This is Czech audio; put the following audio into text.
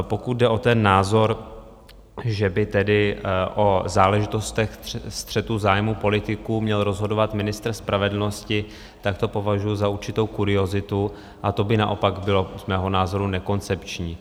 Pokud jde o ten názor, že by tedy o záležitostech střetu zájmů politiků měl rozhodovat ministr spravedlnosti, tak to považuji za určitou kuriozitu a to by naopak bylo z mého názoru nekoncepční.